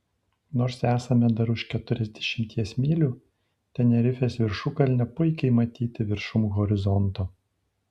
nors esame dar už keturiasdešimties mylių tenerifės viršukalnė puikiai matyti viršum horizonto